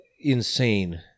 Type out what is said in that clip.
insane